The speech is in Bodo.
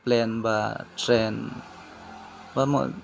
प्लेन बा ट्रेन बा मोन